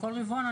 בכל רבעון,